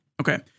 Okay